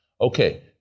Okay